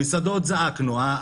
המסעדות זעקנו,